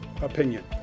opinion